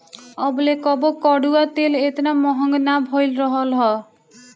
अबले कबो कड़ुआ तेल एतना महंग ना भईल रहल हअ